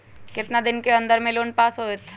कितना दिन के अन्दर में लोन पास होत?